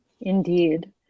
Indeed